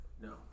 No